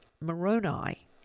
Moroni